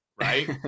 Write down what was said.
Right